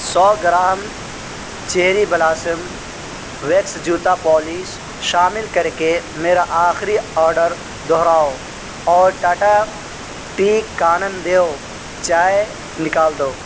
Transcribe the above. سو gram cherry blossom wax جوتا polish شامل کر کے میرا آخری آرڈر دوہراؤ اور ٹاٹا ٹی کانن دیون چائے نکال دو